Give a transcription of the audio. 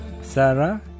Sarah